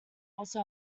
also